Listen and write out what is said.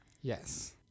yes